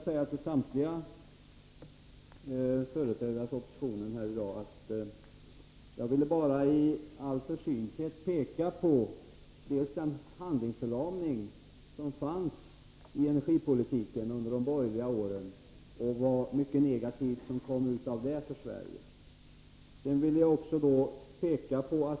För samtliga företrädare för oppositionen här i dag vill jag bara i all försynthet peka på den handlingsförlamning som rådde i fråga om energipolitiken under de borgerliga åren, vilket hade negativa verkningar för Sverige.